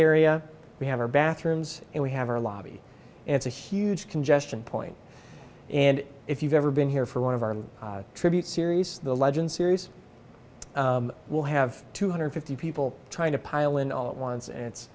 area we have our bathrooms and we have our lobby it's a huge congestion point and if you've ever been here for one of our tribute series the legend series will have two hundred fifty people trying to pile in all at once and it's